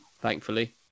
thankfully